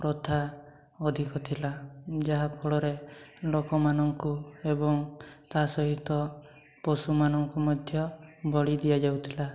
ପ୍ରଥା ଅଧିକ ଥିଲା ଯାହା ଫଳରେ ଲୋକମାନଙ୍କୁ ଏବଂ ତା ସହିତ ପଶୁମାନଙ୍କୁ ମଧ୍ୟ ବଳି ଦିଆଯାଉଥିଲା